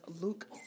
Luke